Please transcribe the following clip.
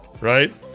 right